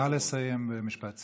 נא לסיים במשפט סיום.